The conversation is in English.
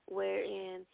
Wherein